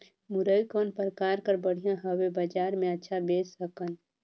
मुरई कौन प्रकार कर बढ़िया हवय? बजार मे अच्छा बेच सकन